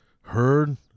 heard